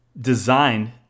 designed